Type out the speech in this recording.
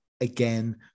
Again